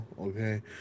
okay